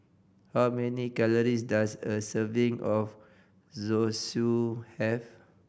how many calories does a serving of Zosui have